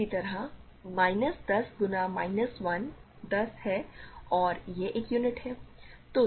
इसी तरह माइनस 10 गुना माइनस 1 10 है और यह एक यूनिट है